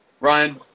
Ryan